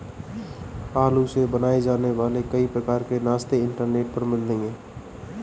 आलू से बनाए जाने वाले कई प्रकार के नाश्ते इंटरनेट पर मिलेंगे